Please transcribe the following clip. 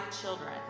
children